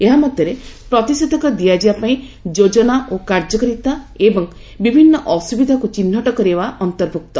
ଏହା ମଧ୍ୟରେ ପ୍ରତିଷେଧକ ଦିଆଯିବା ପାଇଁ ଯୋଜନା ଓ କାର୍ଯ୍ୟକାରିତା ଏବଂ ବିଭିନ୍ନ ଅସୁବିଧାକୁ ଚିହ୍ନଟ କରିବା ଅନ୍ତର୍ଭୁକ୍ତ